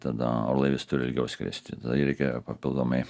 tada orlaivis turi ilgiau skristi reikia papildomai